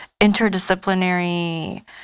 interdisciplinary